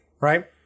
Right